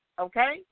Okay